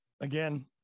Again